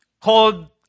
called